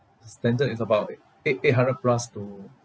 standard is about eight eight hundred plus to